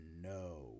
no